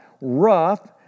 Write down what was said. Rough